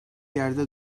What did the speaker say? yerde